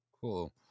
Cool